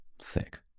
Sick